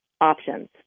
options